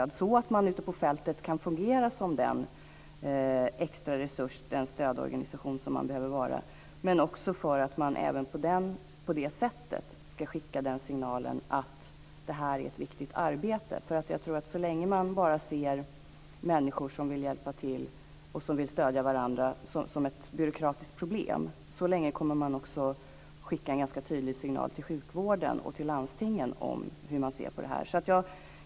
Det vore bra för att de ute på fältet skulle kunna fungera som den extra resurs, den stödorganisation, som man behöver ha. På det sättet skickar man också signalen att det här är ett viktigt arbete. Jag tror att så länge man ser människor som vill hjälpa till och människor som vill stödja varandra bara som ett byråkratiskt problem kommer man också att skicka en ganska tydlig signal till sjukvården och till landstingen om hur man ser på detta.